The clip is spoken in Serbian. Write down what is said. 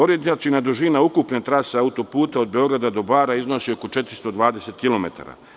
Orijentaciona dužina ukupne trase autoputa od Beograda do Bara iznosi oko 420 kilometara.